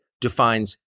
defines